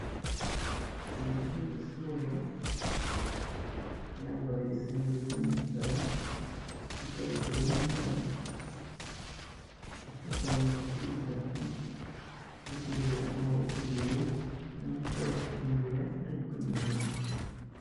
Umuntu uri muri siporo yambaye isengeri y'umukara n'ikabutura y'umukara, apfukamye kuri tapi yashyize amaboko imbere n'umutwe yawushyize imbere, ari kwinanura.